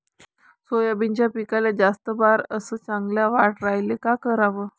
सोयाबीनच्या पिकाले जास्त बार अस चांगल्या वाढ यायले का कराव?